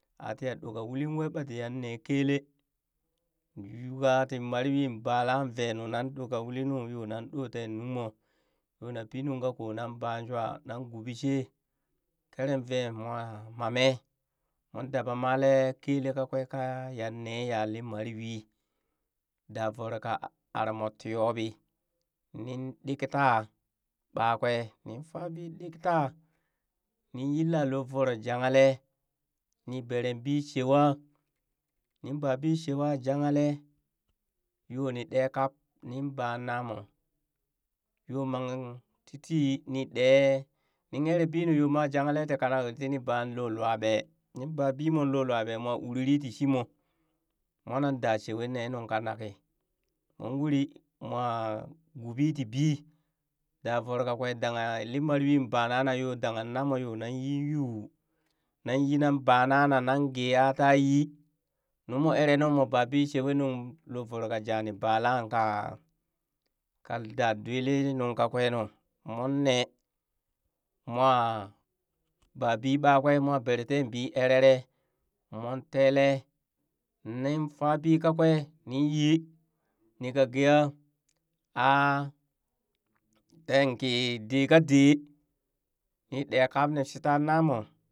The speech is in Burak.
Aa tii ya ɗooh ka uli wee ɓa tiyan nee kelee, yuwa tin maree yui nan balaa vee nu yo nan ɗooh ka uli nu teen nungmo yo na pi nung kako nan baa shuwa nan gobiishe keren vee moon mamee mon dabamalee kele kakwee ka yanne ya li maree yui daa voro ka armoh tiiyaubi nin ɗigtaa ɓakwee nin faabii ɗigtaa, nin yilla loo voro jahalee nii bere bii shewa nin babi shewa jahalee yoo nii ɗe kpab nin baa namo yoo mang titii nin ɗee nin ere bii nu yo mwa janghale ti kanak yoo tini baa lo lwaa ɓee, nin babii mon loo lwaa ɓee moo uri tii shimo monan daa shewe nee nuŋ ka nak kii, moon uri mooh gubii tii bii daa vooroo kakwee dangha lii mare yui banana yoo danghe namoo yoo nan yii yuu nan yii nan ba nana nan gee aata yi nu moo eree nuu moo bebi shewe nuŋ lo voroo ka ja nii balaa ka kan daa dwli nuŋ kakwee nu moon nee moo babii ɓakwee, moon berente bii ereree mon tele nin fabi kakwee nii yi ni ka geha aa teen kii dekadee ni ɗee kpab nii shita namoo.